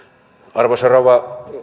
arvoisa rouva